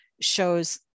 shows